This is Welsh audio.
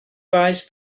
faes